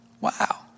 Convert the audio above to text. Wow